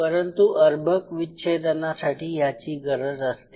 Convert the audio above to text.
परंतु अर्भक विच्छेदनासाठी याची गरज असते